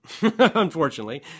unfortunately